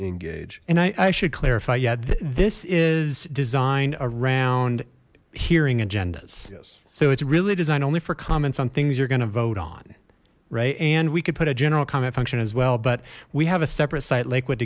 engage and i should clarify yet this is designed around hearing agendas so it's really designed only for comments on things you're gonna vote on right and we could put a general comment function as well but we have a separate site liquid